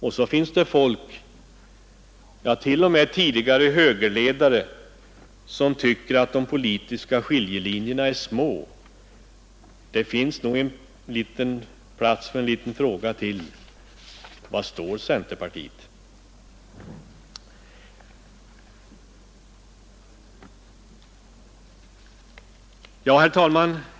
Och ändå finns det folk, ja t.o.m. tidigare högerledare, som tycker att de politiska skiljelinjerna är svaga. Det finns nog plats för en liten fråga till: Var står centerpartiet? Herr talman!